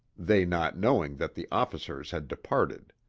they not knowing that the officers had departed.